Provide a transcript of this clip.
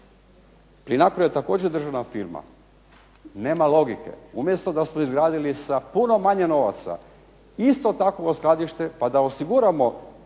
Plinacro je također državna firma, nema logike, umjesto da smo izgradili sa puno manje novaca isto takvo skladište pa da osiguramo